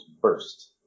burst